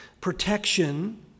protection